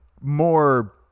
more